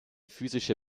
physische